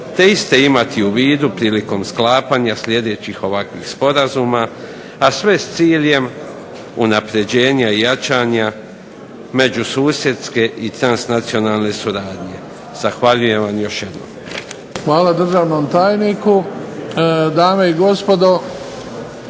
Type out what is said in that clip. te iste imati u vidu prilikom sklapanja sljedećih ovakvih sporazuma, a sve s ciljem unapređenja i jačanja međususjedske i transnacionalne suradnje. Zahvaljujem vam još jednom. **Bebić, Luka (HDZ)** Hvala državnom tajniku. Dame i gospodo,